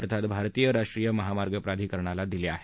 अर्थात भारतीय राष्ट्रीय महामार्ग प्राधिकरणाला दिले आहेत